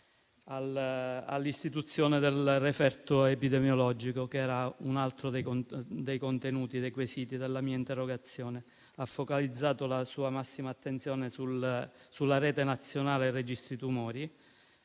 all'istituzione del referto epidemiologico, che era un altro dei quesiti della mia interrogazione, mentre ha focalizzato la sua massima attenzione sulla rete nazionale dei registri tumori.